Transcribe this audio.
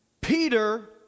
Peter